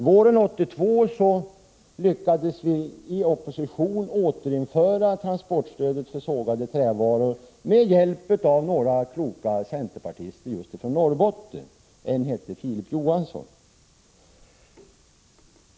Våren 1982 lyckades vi i opposition återinföra transportstödet för sågade trävaror med hjälp av några kloka centerpartister från Norrbotten — en hette Filip Johansson.